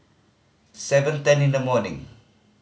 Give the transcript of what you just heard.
seven ten in the morning